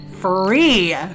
Free